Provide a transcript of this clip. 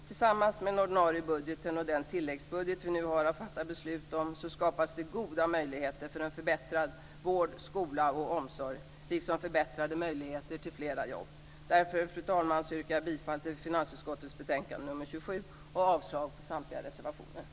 Tillsammans med den ordinarie budgeten och den tilläggsbudget vi nu har att fatta beslut om skapas goda möjligheter för en förbättrad vård, skola och omsorg liksom förbättrade möjligheter till fler jobb. Därför, fru talman, yrkar jag bifall till finansutskottets hemställan i betänkande nr 27 och avslag på samtliga reservationer.